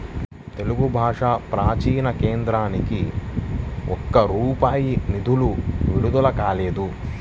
తెలుగు భాషా ప్రాచీన కేంద్రానికి ఒక్క రూపాయి నిధులు విడుదల కాలేదు